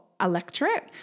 electorate